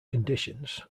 conditions